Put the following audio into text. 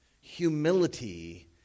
Humility